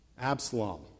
Absalom